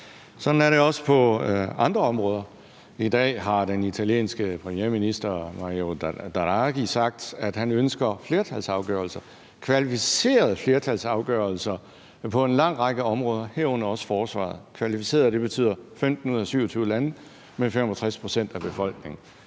Sådan er det også på andre områder. I dag har den italienske premierminister Mario Draghi sagt, at han ønsker kvalificerede flertalsafgørelser på en lang række områder, herunder også forsvarsområdet, og kvalificerede flertalsafgørelser betyder, at det er 15 ud af 27 lande med 65 pct. af befolkningen.